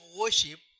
worship